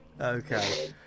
Okay